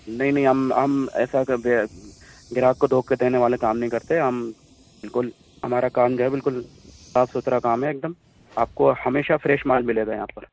نہیں نہیں ہم ہم ایسا گراہک کو دھوکا دینے والے کام نہیں کرتے ہم بالکل ہمارا کام جو ہے بالکل صاف ستھرا کام ہے ایک دم آپ کو ہمیشہ فریش مال ملے گا یہاں پر